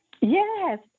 Yes